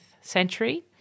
century